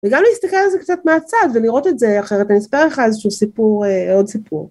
וגם להסתכל על זה קצת מהצד ולראות את זה אחרת. אני אספר לך איזשהו סיפור עוד סיפור